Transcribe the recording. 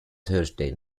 thursday